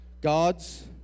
God's